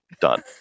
Done